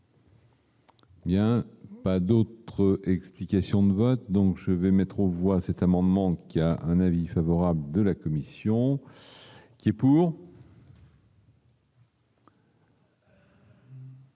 y a pas d'autre explication de vote, donc je vais mettre aux voix cet amendement qui a un avis favorable de la commission. Et pour.